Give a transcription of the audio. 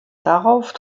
darauf